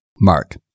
mark